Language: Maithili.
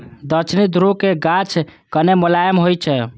दक्षिणी ध्रुवक गाछ कने मोलायम होइ छै